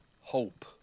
hope